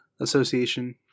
association